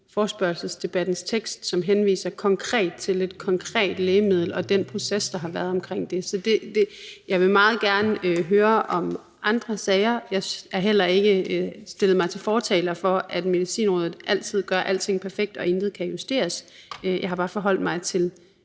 forespørgselsdebattens tekst, som henviser til et konkret lægemiddel og den proces, der har været omkring det. Jeg vil meget gerne høre om andre sager. Jeg har heller ikke gjort mig til fortaler for, at Medicinrådet altid gør alting perfekt, og at intet kan justeres. Jeg har bare forholdt mig til